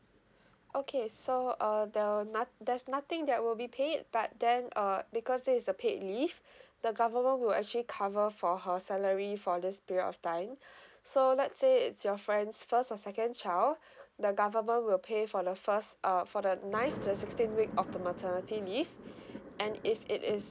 okay so uh there will not~ there's nothing that will be paid but then uh because this is a paid leave the government will actually cover for her salary for this period of time so let's say it's your friend's first or second child the government will pay for the first uh for the ninth to the sixteenth week of the maternity leave and if it is